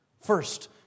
First